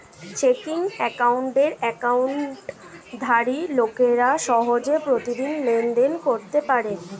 checking অ্যাকাউন্টের অ্যাকাউন্টধারী লোকেরা সহজে প্রতিদিন লেনদেন করতে পারে